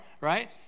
right